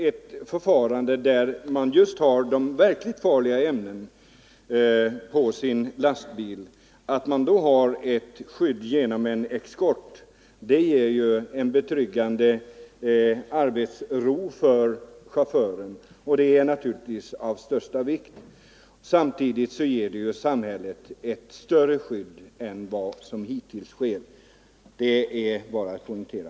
Ett förfarande med skydd i form av eskort, när chauffören har verkligt farliga ämnen på sin lastbil, ger honom en betryggande arbetsro, 13 och det är naturligtvis av största vikt. Samtidigt ger det samhället ett större skydd än det förfaringssätt som nu används. Detta är bara att poängtera.